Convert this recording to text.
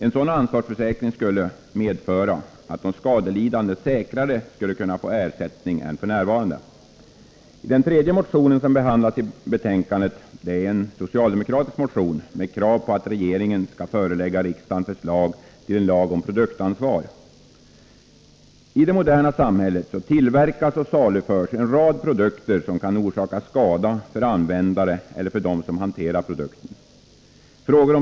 En sådan ansvarsförsäkring skulle medföra att de skadelidande säkrare kunde få ersättning än f. n. En tredje motion som behandlas i betänkandet är socialdemokratisk, och där framförs krav på att regeringen skall förelägga riksdagen förslag till en lag om produktansvar. I det moderna samhället tillverkas och saluförs en rad produkter som kan orsaka skada för dem som använder eller hanterar produkterna.